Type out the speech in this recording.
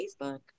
Facebook